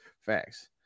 Facts